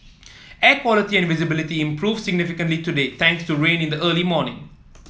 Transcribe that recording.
air quality and visibility improved significantly today thanks to rain in the early morning